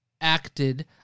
acted